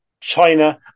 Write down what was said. China